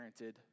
parented